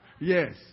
Yes